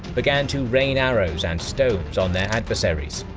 began to rain arrows and stones on their adversaries.